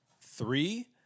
three